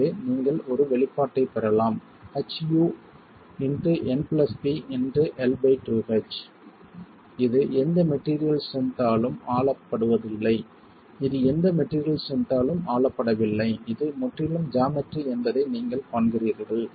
எனவே நீங்கள் ஒரு வெளிப்பாட்டைப் பெறலாம் மேலும் இது எந்தப் மெட்டீரியல் ஸ்ட்ரென்த்ய ஆலும் ஆளப்படுவதில்லை இது எந்தப் மெட்டீரியல் ஸ்ட்ரென்த் ஆலும் ஆளப்படவில்லை இது முற்றிலும் ஜாமெட்ரி என்பதை நீங்கள் காண்கிறீர்கள்